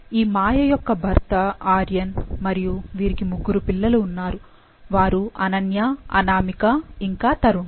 ఈ మాయ యొక్క భర్త ఆర్యన్ మరియు వీరికి ముగ్గురు పిల్లలు ఉన్నారు వారు అనన్య అనామిక ఇంకా తరుణ్